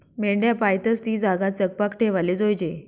मेंढ्या पायतस ती जागा चकपाक ठेवाले जोयजे